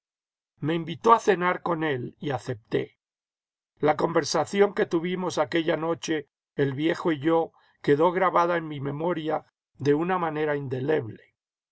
me invitó a cenar con él y acepté la conversación que tuvimos aquella noche el viejo y yo quedó grabada en mi memoria de una manera indeleble